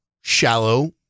shallow